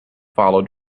followed